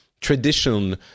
tradition